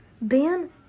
Ben